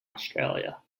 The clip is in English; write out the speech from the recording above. australia